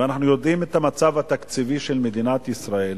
ואנחנו יודעים את המצב התקציבי של מדינת ישראל,